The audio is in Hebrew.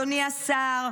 אדוני השר,